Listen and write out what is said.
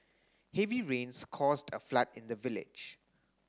heavy rains caused a flood in the village